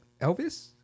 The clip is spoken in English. Elvis